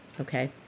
okay